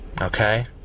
Okay